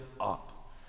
up